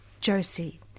Josie